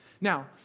Now